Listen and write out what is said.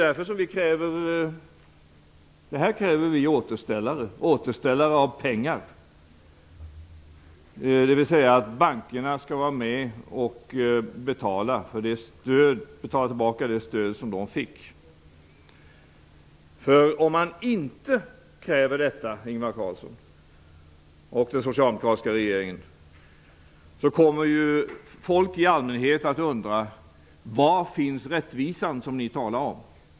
Här kräver vi återställare, återställare av pengar, dvs. bankerna skall vara med och betala tillbaka det stöd som de fick. Om man inte kräver detta, Ingvar Carlsson och den socialdemokratiska regeringen, kommer folk i allmänhet att undra: Var finns rättvisan som ni talar om?